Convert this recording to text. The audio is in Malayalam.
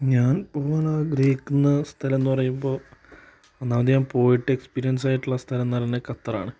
ഞാൻ പോവാൻ ആഗ്രഹിക്കുന്ന സ്ഥലം എന്നു പറയുമ്പോൾ ഒന്നാമത് ഞാൻ പോയിട്ട് എക്സ്പീരിയൻസ് ആയിട്ടുള്ള സ്ഥലം എന്നു പറയണത് ഖത്തറാണ്